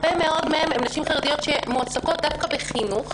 הרבה מאוד מהן הן נשים חרדיות שמועסקות דווקא בחינוך,